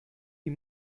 die